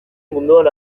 munduan